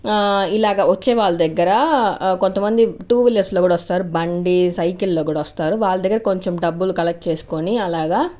ఇలాగా వచ్చేవాళ్ళ దగ్గర కొంతమంది టూ వీలర్స్ లో కూడా వస్తారు బండి సైకిల్ లో కూడా వస్తారు వాళ్ళదగ్గర కొంచెం డబ్బులు కలెక్ట్ చేసుకొని అలాగ